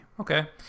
okay